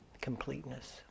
completeness